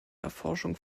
erforschung